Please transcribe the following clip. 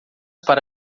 para